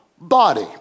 body